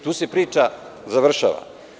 Tu se priča završava.